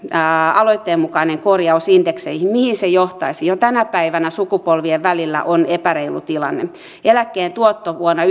aloitteen mukaisen korjauksen indekseihin mihin se johtaisi jo tänä päivänä sukupolvien välillä on epäreilu tilanne eläkkeen tuotto vuonna